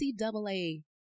NCAA